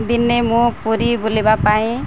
ଦିନେ ମୁଁ ପୁରୀ ବୁଲିବା ପାଇଁ